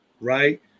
right